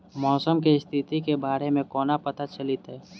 मौसम केँ स्थिति केँ बारे मे कोना पत्ता चलितै?